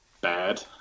bad